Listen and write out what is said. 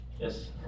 Yes